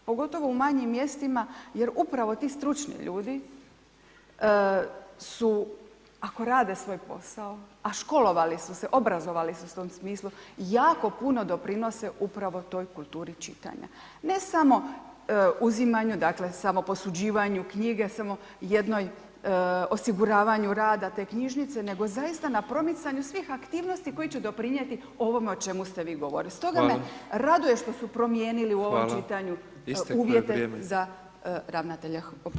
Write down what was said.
Pogotovo u manjim mjestima jer upravo ti stručni ljudi su, ako rade svoj posao, a školovali su se, obrazovali su se u tom smislu, jako puno doprinose upravo toj kulturi čitanja, ne samo uzimanju, dakle, samo posuđivanju knjige, samo jednoj, osiguravanju rada te knjižnice, nego zaista na promicanju svih aktivnosti koji će doprinjeti ovome o čemu ste vi govorili [[Upadica: Hvala]] Stoga me raduje što su promijenili [[Upadica: Hvala]] u ovom čitanju [[Upadica: Isteklo je vrijeme]] uvjete za ravnatelja, oprostite.